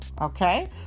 Okay